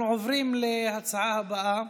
אנחנו עוברים להצעה הבאה,